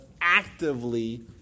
actively